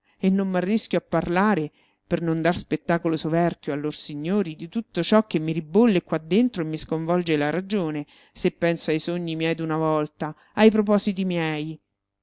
e non m'arrischio a parlare per non dar spettacolo soverchio a lor signori di tutto ciò che mi ribolle qua dentro e mi sconvolge la ragione se penso ai sogni miei d'una volta ai propositi miei